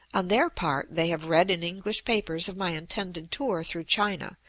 on their part, they have read in english papers of my intended tour through china,